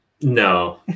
No